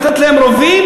לתת להם רובים?